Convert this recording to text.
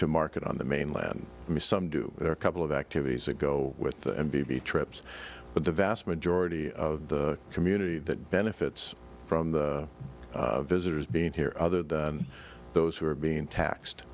to market on the mainland me some do a couple of activities that go with the n p v trips but the vast majority of the community that benefits from the visitors being here other than those who are being taxed